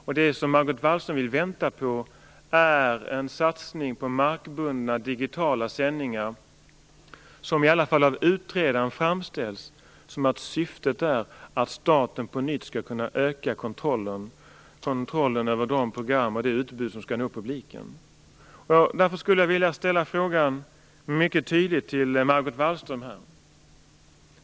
Och det som Margot Wallström vill vänta på är en satsning på markbundna digitala sändningar som i alla fall av utredaren framställs som att syftet är att staten på nytt skall kunna öka kontrollen över de program och det utbud som skall nå publiken. Därför skulle jag vilja ställa en mycket tydlig fråga till Margot Wallström.